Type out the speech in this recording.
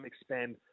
expand